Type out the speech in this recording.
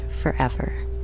forever